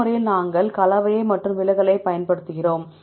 இந்த முறையில் நாங்கள் கலவை மற்றும் விலகலைப் பயன்படுத்துகிறோம்